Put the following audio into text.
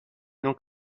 non